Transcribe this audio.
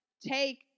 take